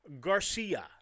Garcia